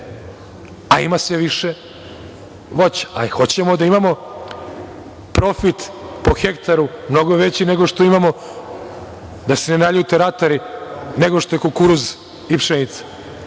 a ima sve više voća, a i hoćemo da imamo profit po hektaru mnogo veći nego što imamo, da se ne naljute ratari, nego što je kukuruz i pšenica.